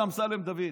זה אמסלם דוד.